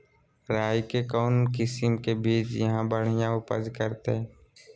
राई के कौन किसिम के बिज यहा बड़िया उपज करते?